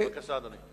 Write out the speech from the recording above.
בבקשה, אדוני.